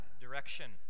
direction